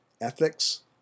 ethics